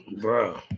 Bro